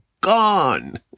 gone